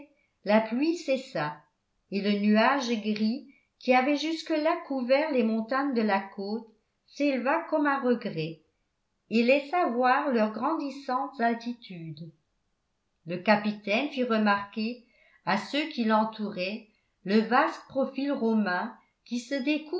la pluie cessa et le nuage gris qui avait jusque-là couvert les montagnes de la côte s'éleva comme à regret et laissa voir leurs grandissantes altitudes le capitaine fit remarquer à ceux qui l'entouraient le vaste profil romain qui se